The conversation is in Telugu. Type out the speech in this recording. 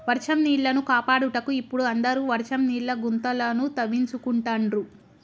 వర్షం నీళ్లను కాపాడుటకు ఇపుడు అందరు వర్షం నీళ్ల గుంతలను తవ్వించుకుంటాండ్రు